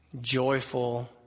joyful